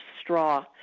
straw